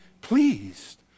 pleased